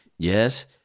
Yes